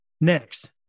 Next